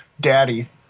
Daddy